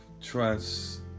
trust